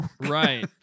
Right